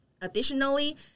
Additionally